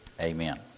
Amen